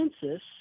census